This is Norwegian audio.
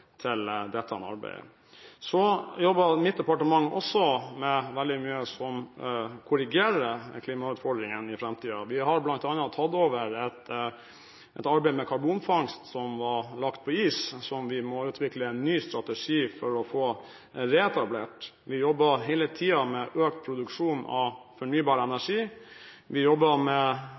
til dette arbeidet. Så jobber mitt departement også med veldig mye som korrigerer klimautfordringene i framtiden. Vi har bl.a. tatt over et arbeid med karbonfangst, som var lagt på is, der vi må utvikle en ny strategi for å få det reetablert. Vi jobber hele tiden med økt produksjon av fornybar energi. Vi jobber med